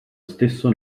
stesso